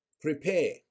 prepare